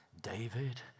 David